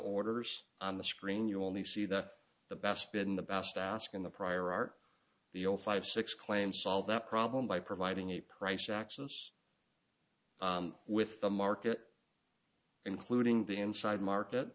orders on the screen you only see that the best spin the best ask in the prior art the old five six claims solve that problem by providing a price axis with the market including the inside market